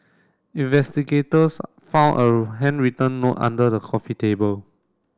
investigators found a handwritten note under the coffee table